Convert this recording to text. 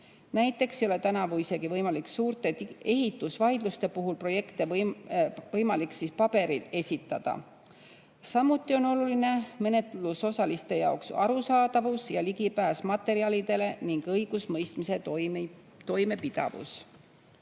Näiteks ei ole tänavu isegi suurte ehitusvaidluste puhul projekte võimalik paberil esitada. Samuti on menetlusosaliste jaoks oluline arusaadavus ja ligipääs materjalidele ning õigusemõistmise toimepidavus.